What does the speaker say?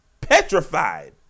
Petrified